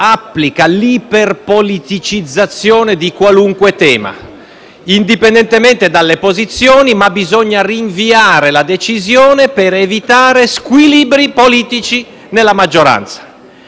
applica l'iperpoliticizzazione a qualunque tema: indipendentemente dalle posizioni, bisogna rinviare la decisione per evitare squilibri politici nella maggioranza.